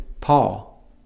Paul